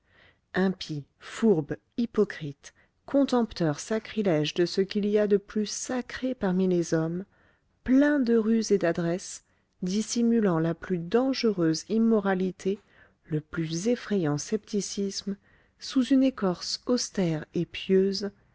impie fourbe hypocrite contempteur sacrilège de ce qu'il y a de plus sacré parmi les hommes plein de ruse et d'adresse dissimulant la plus dangereuse immoralité le plus effrayant scepticisme sous une écorce austère et pieuse